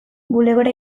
bulegora